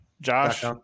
josh